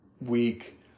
week